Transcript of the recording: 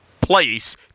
place